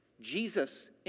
Jesus